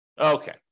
Okay